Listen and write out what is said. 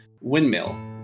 windmill